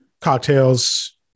cocktails